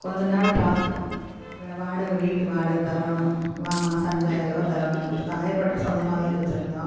கொஞ்ச நாள் பார்த்தோம் வாடகை வீட்டு வாடகை தரணும் மாதம் அஞ்சாயருபா தரணும் சாயப்பட்டறை சொந்தமாகதான் வச்சிருந்தோம்